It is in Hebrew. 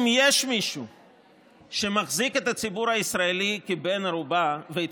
אם יש מישהו שמחזיק את הציבור הישראלי כבן ערובה ואת